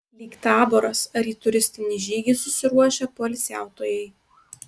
lyg taboras ar į turistinį žygį susiruošę poilsiautojai